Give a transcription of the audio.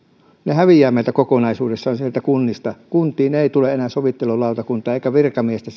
häviävät meiltä kokonaisuudessaan sieltä kunnista kuntiin ei tule enää sovittelulautakuntaa eikä virkamiestä